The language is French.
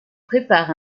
prépare